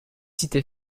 cité